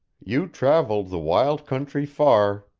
you travelled the wild country far,